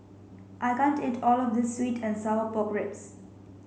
I can't eat all of this sweet and sour pork ribs